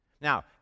now